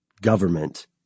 government